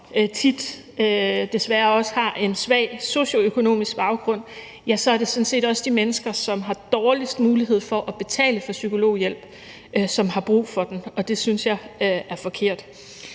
tit desværre også har en svag socioøkonomisk baggrund, ja, så er det sådan set også de mennesker, der har dårligst mulighed for at betale for psykologhjælp, som har brug for den, og det synes jeg er forkert.